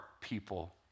people